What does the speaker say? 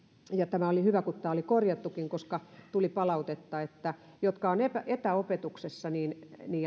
tämä oli hyvä että tämä oli korjattukin koska tuli palautetta että niitä jotka ovat etäopetuksessa ja